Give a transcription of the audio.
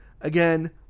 again